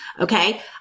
okay